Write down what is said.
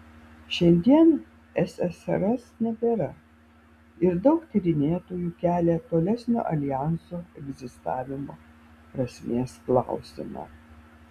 šiandien ssrs nebėra ir daug tyrinėtojų kelia tolesnio aljanso egzistavimo prasmės klausimą